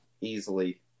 easily